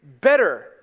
better